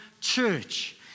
church